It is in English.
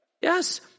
Yes